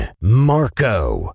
Marco